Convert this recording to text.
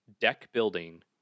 deck-building